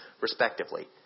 respectively